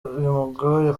bimugoye